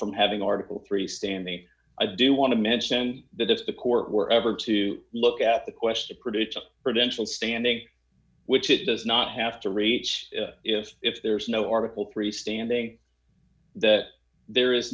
from having article three standing i do want to mention that if the court were ever to look at the question produced up for eventually standing which it does not have to reach if if there is no article three standing that there is